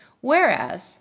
Whereas